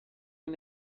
این